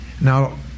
Now